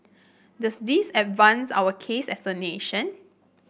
does this advance our cause as a nation